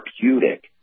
therapeutic